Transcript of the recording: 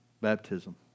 Baptism